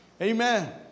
Amen